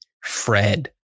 Fred